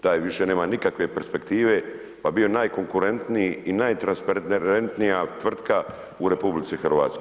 Taj više nema nikakve perspektive, pa bio najkonkurentniji i najtransparentnija tvrtka u RH.